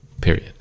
Period